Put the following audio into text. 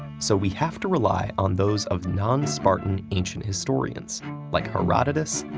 so we have to rely on those of non-spartan ancient historians, like herodotus,